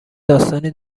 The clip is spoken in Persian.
داستانی